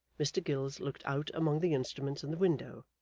mr gills looked out among the instruments in the window,